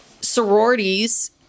sororities